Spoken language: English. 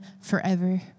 forever